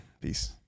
Peace